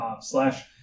slash